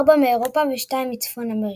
ארבע מאירופה ושתיים מצפון אמריקה.